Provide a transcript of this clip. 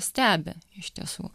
stebi iš tiesų